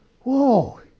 whoa